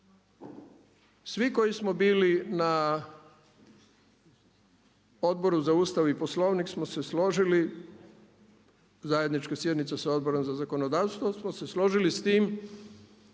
svi koji smo bili na Odboru za Ustav i Poslovnik smo se složili zajednička sjednica sa Odborom za zakonodavstvo smo se složili s tim